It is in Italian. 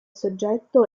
soggetto